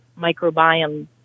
microbiome